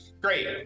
great